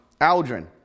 Aldrin